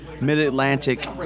Mid-Atlantic